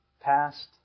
past